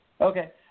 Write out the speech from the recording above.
Okay